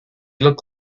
look